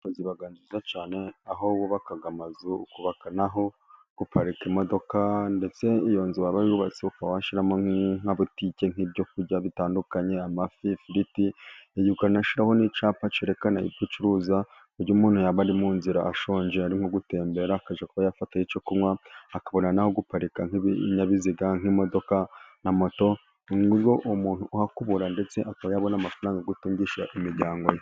Inyubako iba nziza cyane, aho wubaka amazu ukubaka nahoho guparika imodoka. Ndetse iyo nzu waba yubatse ukaba washyiraramoka butike y'ibyo kurya bitandukanye: amafi, amafifiriti. Ndetse agashyiraho n'icyapa cyerekana Ibyo ucuruza. Ku buryo iyo muntu yaba ari mu nzira ashonje ari gutembera akajya kuba yafata icyo kunywa. Akabona n'aho guparika I binyabiziga nk'imodoka na moto. Ku buryo umuntu uhakubura ndetse akaba yabona amafaranga yo gutungisha imiryango ye.